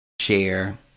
share